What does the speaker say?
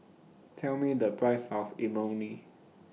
Tell Me The Price of Imoni